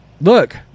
look